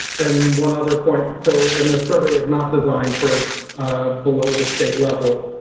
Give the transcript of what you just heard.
and one other point. so and the survey is not designed for below the state level.